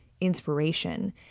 inspiration